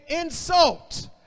insult